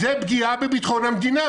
זה פגיעה בביטחון המדינה,